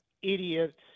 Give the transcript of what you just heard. Idiot